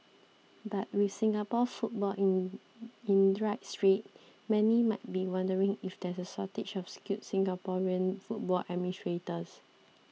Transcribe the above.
but with Singapore football in in dire straits many might be wondering if there's a shortage of skilled Singaporean football administrators